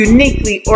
Uniquely